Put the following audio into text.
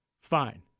fine